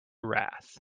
wrath